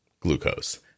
glucose